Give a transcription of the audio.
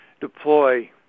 deploy